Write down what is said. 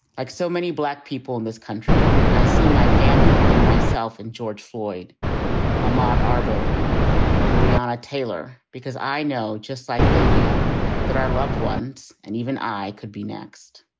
like so many black people in this country, i see my family and myself and george floyd um um ah marberry and brianna taylor because i know just like they do that our loved ones and even i could be next.